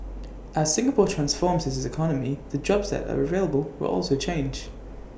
as Singapore transforms its economy the jobs said are available will also change